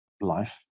life